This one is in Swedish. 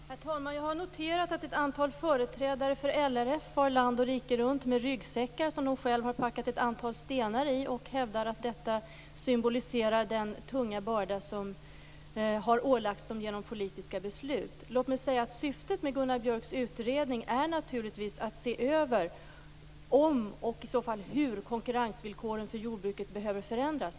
Herr talman! Jag har noterat att ett antal företrädare för LRF far land och rike runt med ryggsäckar som de har packat ett antal stenar i. De hävdar att detta symboliserar den tunga börda som ålagts dem genom politiska beslut. Syftet med Gunnar Björks utredning är naturligtvis att göra en översyn för att se om, och i så fall hur, konkurrensvillkoren för jordbruket behöver förändras.